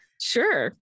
Sure